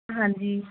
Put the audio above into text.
ਹਾਂਜੀ